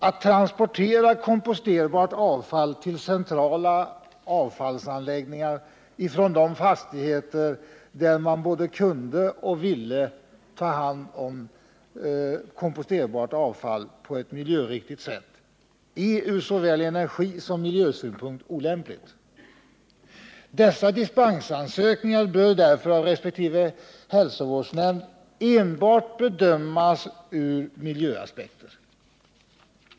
Att transportera komposterbart avfall till centrala avfallsanläggningar från de fastigheter där man både kan och vill ta hand om detta avfall på ett miljöriktigt sätt är från såväl energisom miljösynpunkt olämpligt. Dessa dispensansökningar bör därför av resp. hälsovårdsnämnd enbart bedömas från miljöaspekter.